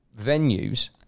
venues